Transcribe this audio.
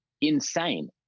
insane